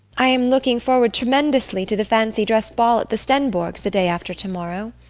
i am looking forward tremendously to the fancy-dress ball at the stenborgs' the day after tomorrow.